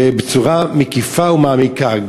ובצורה מקיפה ומעמיקה,